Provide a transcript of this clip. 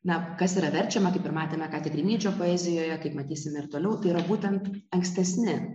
na kas yra verčiama kaip ir matėme ką tik rimydžio poezijoje kaip matysime ir toliau tai yra būtent ankstesni